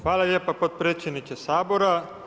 Hvala lijepa potpredsjedniče Sabora.